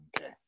Okay